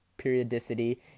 periodicity